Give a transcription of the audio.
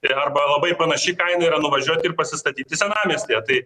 ir arba labai panaši kaina yra nuvažiuoti ir pasistatyti senamiestyje tai